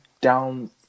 down